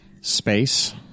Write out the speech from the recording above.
space